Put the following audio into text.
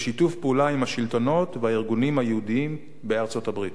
בשיתוף פעולה עם השלטונות והארגונים היהודיים בארצות-הברית.